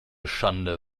schande